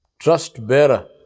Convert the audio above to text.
Trust-bearer